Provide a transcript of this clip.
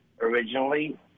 originally